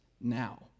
now